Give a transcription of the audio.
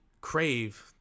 crave